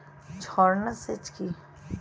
ঝর্না সেচ কি?